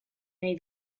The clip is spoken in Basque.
nahi